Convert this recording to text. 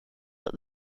that